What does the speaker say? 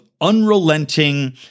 unrelenting